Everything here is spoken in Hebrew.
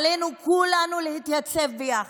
עלינו להתייצב ביחד,